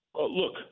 Look